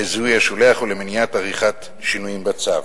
לזיהוי השולח ולמניעת עריכת שינויים בצו.